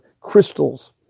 crystals